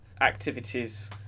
activities